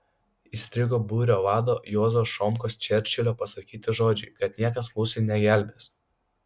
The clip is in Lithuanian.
įstrigo būrio vado juozo šomkos čerčilio pasakyti žodžiai kad niekas mūsų negelbės